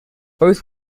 both